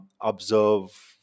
observe